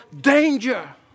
danger